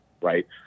right